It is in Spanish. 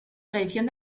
tradición